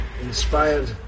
Inspired